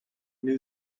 new